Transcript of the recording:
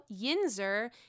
Yinzer